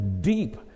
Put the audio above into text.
deep